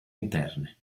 interne